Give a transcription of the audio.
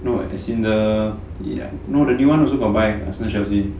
no as in the you know the new [one] also got buy arsenal chelsea